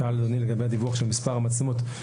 אדוני שאל לגבי הדיווח של מספר המצלמות.